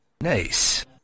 Nice